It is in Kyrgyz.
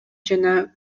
жана